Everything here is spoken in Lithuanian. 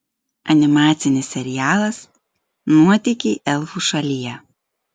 animacinis serialas nuotykiai elfų šalyje